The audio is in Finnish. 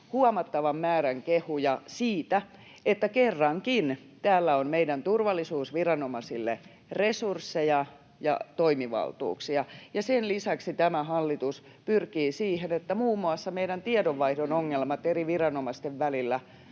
huomattavan määrän kehuja siitä, että kerrankin täällä on meidän turvallisuusviranomaisille resursseja ja toimivaltuuksia. Sen lisäksi tämä hallitus pyrkii siihen, että muun muassa meidän tiedonvaihdon ongelmat eri viranomaisten välillä